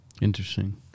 Interesting